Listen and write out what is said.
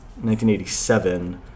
1987